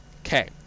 Okay